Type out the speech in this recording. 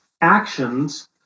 actions